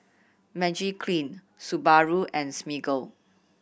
Magiclean Subaru and Smiggle